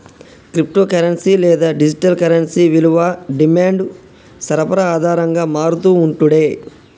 crypto currency లేదా digital currency విలువ demand, సరఫరా ఆధారంగా మారతూ ఉంటుండే